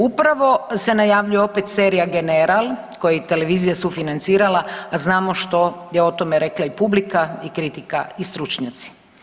Upravo se najavljuje opet serija „General“ koji je televizija sufinancirala, a znamo što je o tome rekla i publika i kritika i stručnjaci.